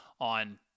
on